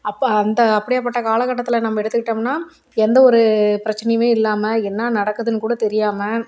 அப்போ அந்த அப்படியாப்பட்ட காலக்கட்டத்தில் நம்ப எடுத்துக்கிட்டோம்னா எந்த ஒரு பிரச்சனையுமே இல்லாமல் என்ன நடக்குதுன்னு கூட தெரியாமல்